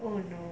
oh no